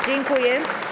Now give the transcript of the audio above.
Dziękuję.